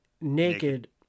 Naked